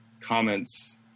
comments